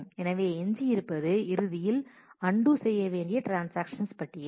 எனவே எஞ்சியிருப்பது இறுதியில் அன்டூ செய்ய வேண்டிய ட்ரான்ஸாக்ஷன்ஸ் பட்டியல்